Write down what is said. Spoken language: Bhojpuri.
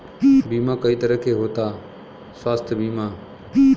बीमा कई तरह के होता स्वास्थ्य बीमा?